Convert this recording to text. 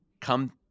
come